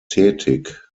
tätig